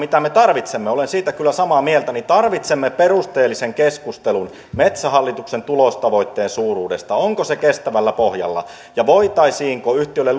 siitä mitä me tarvitsemme olen kyllä samaa mieltä tarvitsemme perusteellisen keskustelun metsähallituksen tulostavoitteen suuruudesta onko se kestävällä pohjalla ja voitaisiinko yhtiölle